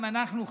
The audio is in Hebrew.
אם אנחנו,